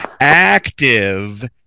active